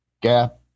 gap